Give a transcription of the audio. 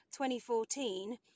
2014